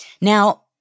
Now